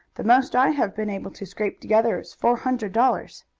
the most i have been able to scrape together is four hundred dollars.